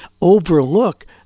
overlook